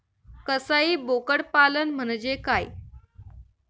कसाई बोकड पालन म्हणजे काय?